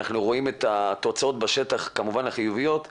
אנחנו רואים את התוצאות החיוביות בשטח,